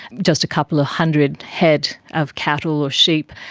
just a couple of hundred head of cattle or sheep,